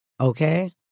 Okay